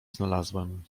znalazłem